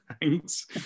thanks